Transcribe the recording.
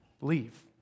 leave